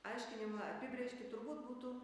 aiškinimą apibrėžtį turbūt būtų